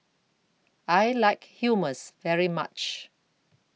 I like Hummus very much